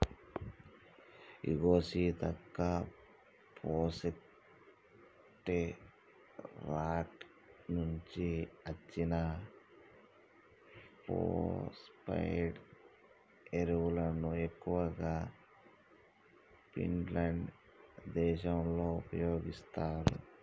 ఇగో Seethakka phosphate rock నుంచి అచ్చిన phosphate ఎరువును ఎక్కువగా ఫిన్లాండ్ దేశంలో ఉపయోగిత్తారు